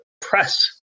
press